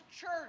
church